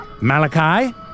Malachi